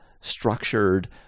structured